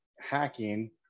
hacking